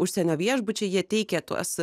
užsienio viešbučiai jie teikia tuos